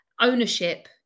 ownership